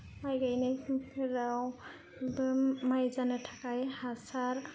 माइ गायनायफोरावबो माइ जानो थाखाय हासार